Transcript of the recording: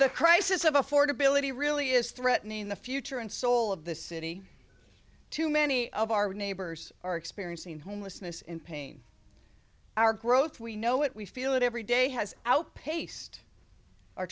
the crisis of affordability really is threatening the future and soul of the city too many of our neighbors are experiencing homelessness in pain our growth we know it we feel it every day has outpaced o